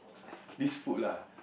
this food lah